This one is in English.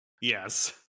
Yes